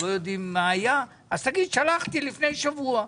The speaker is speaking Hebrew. תגיד ששלחת לפני שבוע.